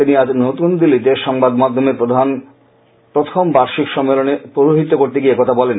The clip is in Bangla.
তিনি আজ নতুন দিল্লিতে সংবাদ মাধ্যমের প্রথম বার্ষিক সম্মেলনে পৌরহিত্য করতে গিয়ে একথা বলেন